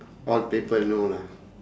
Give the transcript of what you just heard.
all people know lah